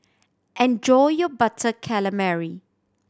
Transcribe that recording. enjoy your Butter Calamari